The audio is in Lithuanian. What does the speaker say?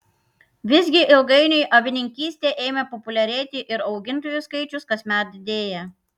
visgi ilgainiui avininkystė ėmė populiarėti ir augintojų skaičius kasmet didėja